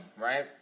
right